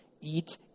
eat